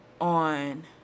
on